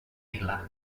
milà